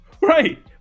Right